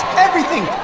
everything.